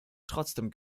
trotzdem